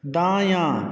दायाँ